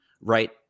right